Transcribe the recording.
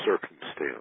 circumstance